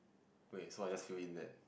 wait so I just fill in that